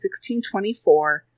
1624